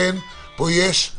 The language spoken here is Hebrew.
פה אין ופה יש.